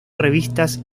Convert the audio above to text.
revistas